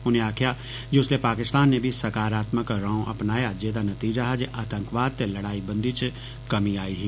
उनें आक्खेया जे उसलै पाकिस्तान ने बी सकारात्मक रौं अपनाया जेदा नतीजा हा जे आतंकवाद ते लड़ाईबंदी च कमी आई ही